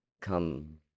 come